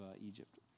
Egypt